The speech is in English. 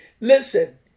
Listen